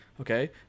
Okay